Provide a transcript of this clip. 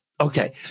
Okay